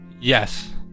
yes